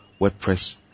WordPress